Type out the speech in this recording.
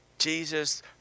Jesus